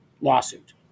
lawsuit